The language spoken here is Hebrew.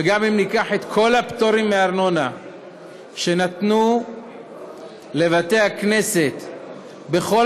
וגם אם ניקח את כל הפטורים מארנונה שנתנו לבתי-הכנסת בכל